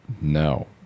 No